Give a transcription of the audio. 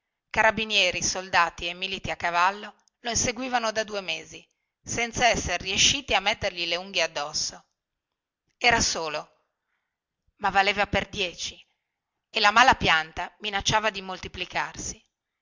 carabinieri soldati e militi a cavallo lo inseguivano da due mesi senza esser riesciti a mettergli le unghie addosso era solo ma valeva per dieci e la mala pianta minacciava di